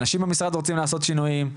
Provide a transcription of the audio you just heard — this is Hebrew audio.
האנשים במשרד רוצים לעשות שינויים,